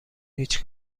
هیچ